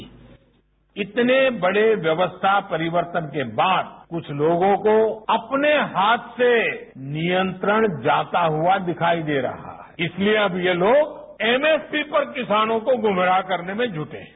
bite इतने बड़े व्यवस्था परिवर्तन के बाद कुछ लोगों को अपने हाथ से नियंत्रण जाता हुआ दिखाई दे रहा है इसलिए अब ये लोग एमएसपी पर किसानों को गुमराह करने में जुटे हैं